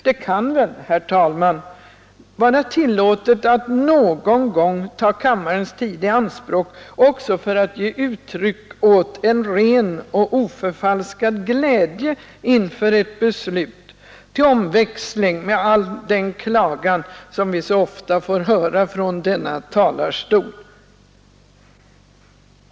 Det kan väl, herr talman, vara tillåtet att någon gång ta kammarens tid i anspråk också för att ge uttryck åt en ren och oförfalskad glädje inför ett beslut — till omväxling med all den klagan som vi så ofta får höra från denna talarstol!